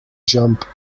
jump